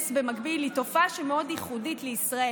במקביל היא תופעה שמאוד ייחודית לישראל.